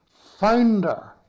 founder